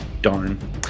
darn